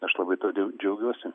aš labai tuo de džiaugiuosi